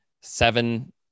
seven